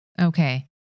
Okay